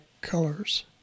colors